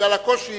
בגלל הקושי